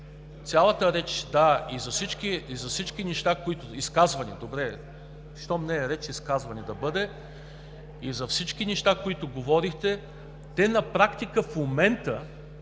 да бъде – и за всички неща, които говорихте, на практика в момента,